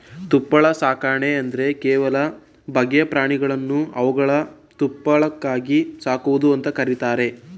ತುಪ್ಪಳ ಸಾಕಣೆ ಅಂದ್ರೆ ಕೆಲವು ಬಗೆಯ ಪ್ರಾಣಿಗಳನ್ನು ಅವುಗಳ ತುಪ್ಪಳಕ್ಕಾಗಿ ಸಾಕುವುದು ಅಂತ ಕರೀತಾರೆ